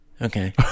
Okay